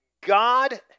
God